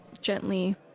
gently